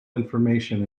information